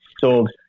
sold